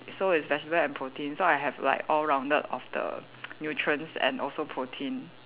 so it's vegetable and protein so I have like all rounded of the nutrients and also protein